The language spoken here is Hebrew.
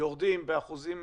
יורדים באחוזים